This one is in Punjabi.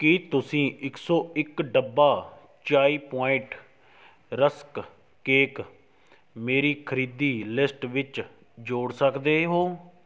ਕੀ ਤੁਸੀਂ ਇੱਕ ਸੌ ਇੱਕ ਡੱਬਾ ਚਾਏ ਪੁਆਇੰਟ ਰਸਕ ਕੇਕ ਮੇਰੀ ਖਰੀਦੀ ਲਿਸਟ ਵਿੱਚ ਜੋੜ ਸਕਦੇ ਹੋ